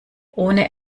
ohne